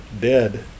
dead